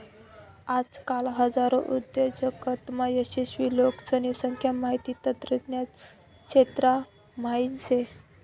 आजकाल हजारो उद्योजकतामा यशस्वी लोकेसने संख्या माहिती तंत्रज्ञान क्षेत्रा म्हाईन शे